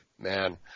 Man